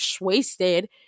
wasted